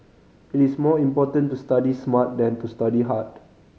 it is more important to study smart than to study hard